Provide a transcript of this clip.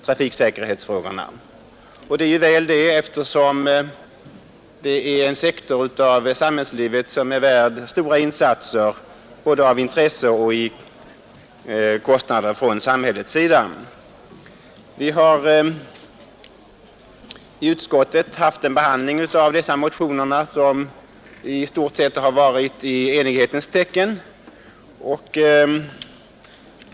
Detta är också en sektor av samhällslivet som är värd stora insatser både i fråga om intresse och kostnader. Behandlingen av motionerna har i utskottet i stort sett gått i enighetens tecken.